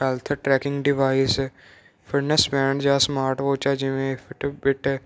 health tracking device fitness band ਜਾਂ smart watch ਜਿਵੇਂ ਪਿਟ